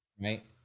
right